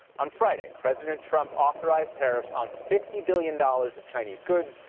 on friday, president trump authorized tariffs on fifty billion dollars of chinese goods,